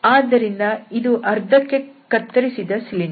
ಆದ್ದರಿಂದ ಇದು ಅರ್ಧಕ್ಕೆ ಕತ್ತರಿಸಿದ ಸಿಲಿಂಡರ್